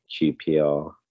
QPR